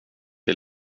det